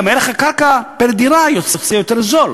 גם ערך הקרקע פר-דירה יוצא יותר זול,